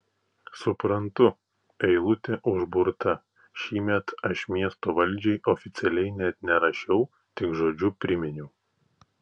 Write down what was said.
suprantu eilutė užburta šįmet aš miesto valdžiai oficialiai net nerašiau tik žodžiu priminiau